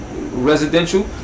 residential